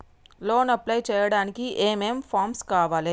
Loan apply చేయడానికి ఏం ఏం ఫామ్స్ కావాలే?